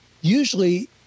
Usually